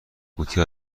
قوطی